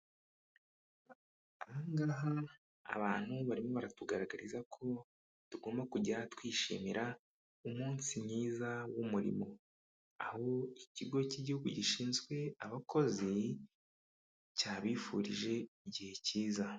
Aha ngaha abantu barimo baratugaragariza ko tugomba kujya twishimira umunsi mwiza w'umurimo aho ikigo cy'igihugu gishinzwe abakozi cyabifurije igihe cyiza.